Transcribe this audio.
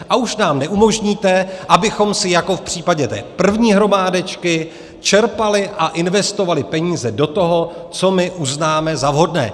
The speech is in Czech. A už nám neumožníte, abychom si jako v případě té první hromádečky čerpali a investovali ty peníze do toho, co my uznáme za vhodné.